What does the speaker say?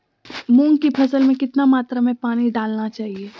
मूंग की फसल में कितना मात्रा में पानी डालना चाहिए?